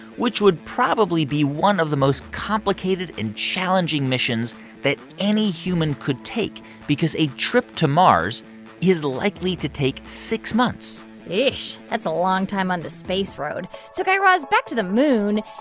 which would probably be one of the most complicated and challenging missions that any human could take because a trip to mars is likely to take six months that's a long time on the space road. so guy raz, back to the moon.